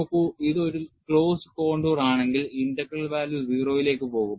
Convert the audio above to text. നോക്കൂ ഇത് ഒരു ക്ലോസ്ഡ് കോണ്ടൂർ ആണെങ്കിൽ ഇന്റഗ്രൽ വാല്യൂ 0 ലേക്ക് പോകും